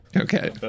okay